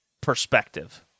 perspective